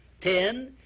ten